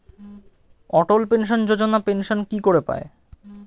অটল pension যোজনা pension কি করে পায়?